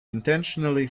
intentionally